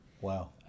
Wow